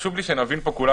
חשוב לי שנבין פה כולנו,